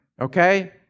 okay